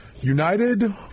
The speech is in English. United